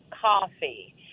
coffee